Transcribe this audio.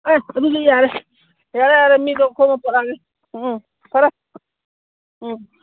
ꯑꯦ ꯑꯗꯨꯗꯤ ꯌꯥꯔꯦ ꯌꯥꯔꯦ ꯌꯥꯔꯦ ꯃꯤꯗꯣ ꯈꯣꯝꯃꯒ ꯄꯨꯔꯛꯂꯒꯦ ꯎꯝ ꯐꯔꯦ ꯎꯝ